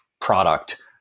product